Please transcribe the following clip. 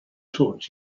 taught